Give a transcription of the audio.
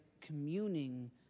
communing